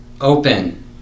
Open